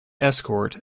escort